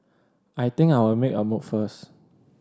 I think I'll make a move first